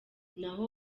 naho